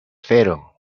cero